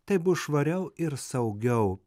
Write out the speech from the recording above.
tai bus švariau ir saugiau